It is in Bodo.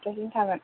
दसथासिम थागोन